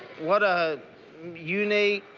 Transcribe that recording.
what a unique,